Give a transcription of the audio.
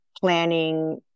planning